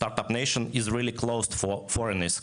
אומת סטארט-אפ היא מאוד סגורה לזרים.